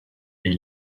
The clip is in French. est